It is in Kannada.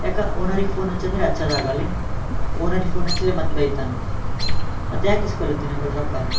ಯಾಕೆ ಓನರಿಗೆ ಫೋನ್ ಹಚ್ಚಿ ಅಂದ್ರೆ ಹಚ್ಚೋದು ಆಗಲ್ಲೇನು ಓನರಿಗೆ ಫೋನ್ ಹಚ್ಚಿದ್ರೆ ಮತ್ತು ಬೈತಾನೆ ಮತ್ಯಾಕೆ ಈಸ್ಕೊಳ್ಳಾತ್ತಿ ನಂಬಳಿ ರೊಕ್ಕ